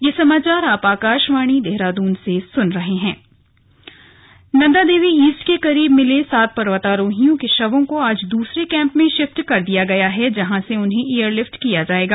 slug पर्वतारोही Nanda Devi east के करीब मिले सात पर्वतारोहियों के शवों को आज दूसरे कैंप में शिफ्ट कर दिया गया है जहां से उन्हें एयरलिफ्ट किया जाएगा